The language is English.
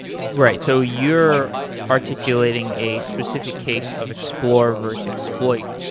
right. so you're articulating a specific case of explore versus exploit.